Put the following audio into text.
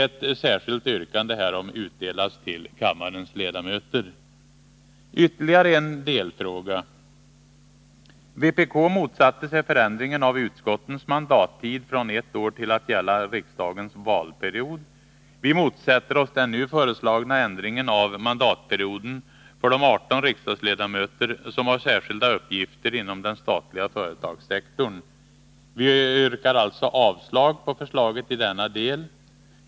Ett särskilt yrkande härom utdelas till kammarens ledamöter. Ytterligare en delfråga: Vpk motsatte sig förändringen av utskottens mandattid från ett år till att gälla riksdagens valperiod. Vi motsätter oss den nu föreslagna ändringen av mandatperioden för de 18 riksdagsledamöter som har särskilda uppgifter inom den statliga företagssektorn. Vi yrkar alltså avslag på förslaget i denna del.